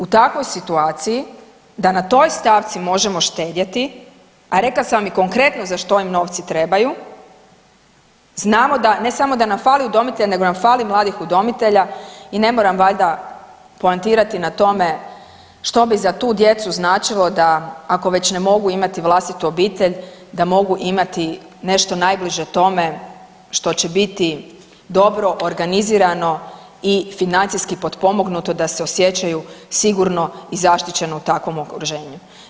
U takvoj situaciji da na toj stavci možemo štedjeti, a rekla sam vam i konkretno za što im novci trebaju, znamo da ne samo da nam fali udomitelja, nego nam fali mladih udomitelja i ne moram valjda poentirati na tome što bi za tu djecu značilo da, ako već ne mogu imati vlastitu obitelj da mogu imati nešto najbliže tome što će biti dobro organizirano i financijski potpomognuto da se osjećaju sigurno i zaštićeno u takvom okruženju.